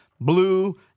blue